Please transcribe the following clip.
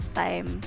time